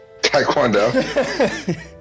Taekwondo